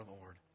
Lord